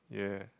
ya